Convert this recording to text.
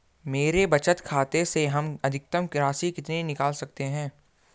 मेरे बचत खाते से हम अधिकतम राशि कितनी निकाल सकते हैं?